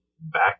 back